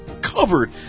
covered